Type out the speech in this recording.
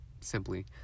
simply